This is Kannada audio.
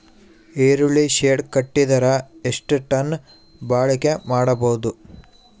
ಈರುಳ್ಳಿ ಶೆಡ್ ಕಟ್ಟಿದರ ಎಷ್ಟು ಟನ್ ಬಾಳಿಕೆ ಮಾಡಬಹುದು?